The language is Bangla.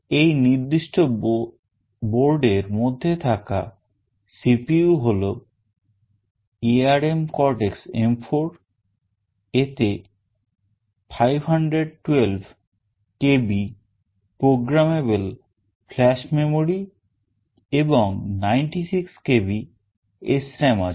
এই নির্দিষ্ট বোর্ডের মধ্যে থাকা CPU হলো ARM Cortex M4 এতে 512 KB programmable flash memory এবং 96 KB SRAM আছে